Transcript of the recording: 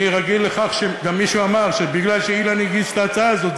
אני רגיל לכך שגם מישהו אמר שמכיוון שאילן הגיש את ההצעה הזאת,